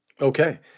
Okay